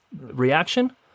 reaction